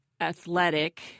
athletic